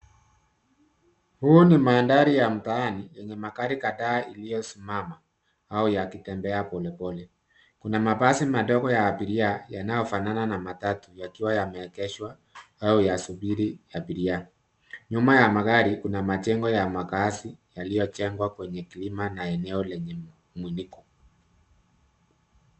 Huu ni mandhari ya mtaani yenye magari kadhaa iliyosimama au yakitembea polepole. Kuna mabasi madogo ya abiria yanayofanana na matatu yakiwa yameegeshwa au yasubiri abiria. Nyuma ya magari kuna majengo ya makaazi yaliyojengwa kwenye kilima na eneo lenye mwiniko.